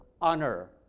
honor